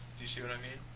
do you see what i mean?